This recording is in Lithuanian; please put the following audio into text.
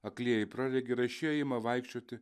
aklieji praregi raišieji ima vaikščioti